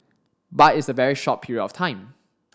but it's a very short period of time